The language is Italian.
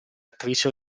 attrice